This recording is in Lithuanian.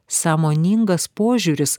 sąmoningas požiūris